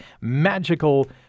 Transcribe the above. magical